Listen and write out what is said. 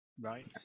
Right